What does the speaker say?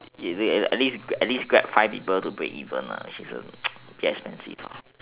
wait at least at least grab five people to break even a bit expensive